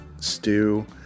stew